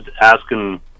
asking